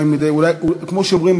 כמו שאומרים,